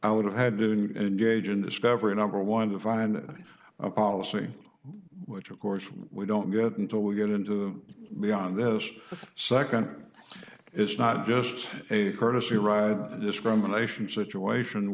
i would have had and gauge and discover number one to find a policy which of course we don't get until we get into beyond this nd it's not just a courtesy ride discrimination situation